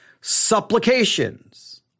supplications